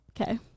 Okay